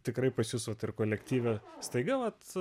tikrai pas jus vat ir kolektyve staiga vat